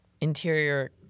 Interior